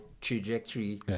trajectory